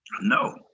No